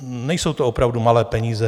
Nejsou to opravdu malé peníze.